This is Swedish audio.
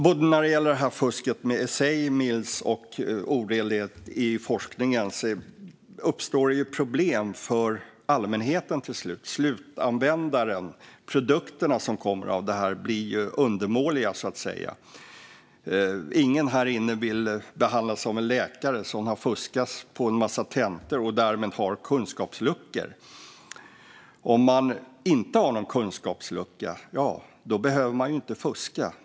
Både när det gäller fusket med essay mills och oredlighet i forskning uppstår det till slut problem för allmänheten - slutanvändaren. Produkterna av det här blir ju undermåliga, så att säga. Ingen här inne vill behandlas av en läkare som har fuskat på en massa tentor och därmed har kunskapsluckor. Om man inte har någon kunskapslucka behöver man ju inte fuska.